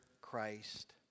christ